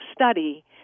study